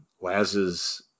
Laz's